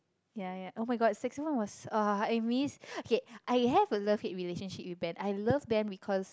ya ya oh-my-god Saxophone was ah i miss okay I have a love with relationship with band I love band because